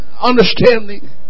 understanding